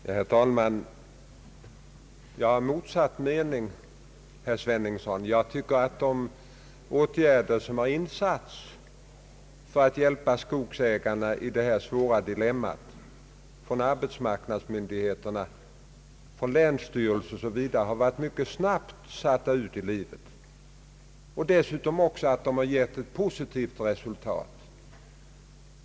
Herr talman! Jag har motsatt mening, herr Sveningsson. Jag tycker att de åtgärder som har insatts från arbetsmarknadsmyndigheterna, från länsstyrelserna o.s.v. för att hjälpa skogsägarna i detta svåra dilemma, har kommit mycket snabbt. Dessutom anser jag att de har givit ett positivt resultat.